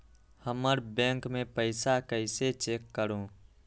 हमर बैंक में पईसा कईसे चेक करु?